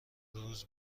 روز